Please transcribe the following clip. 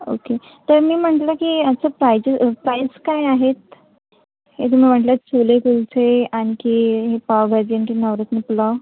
okay तर मी म्हटलं की असं पहिजे प्राईस काय आहेत हे तुम्ही म्हटलं छोले कुलचे आणखी हे पावभाजी आणि नवरत्न पुलाव